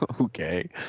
Okay